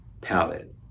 palette